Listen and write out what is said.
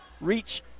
reach